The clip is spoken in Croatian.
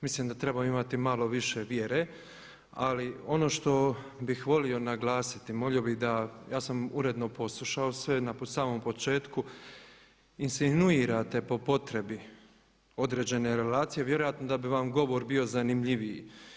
Mislim da trebamo imati malo više vjere ali ono što bih volio naglasiti, molio bi da, ja sam uredno poslušao sve, na samom početku insinuirate po potrebi određene relacije vjerojatno da bi vam govor bio zanimljiviji.